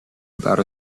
about